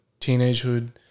teenagehood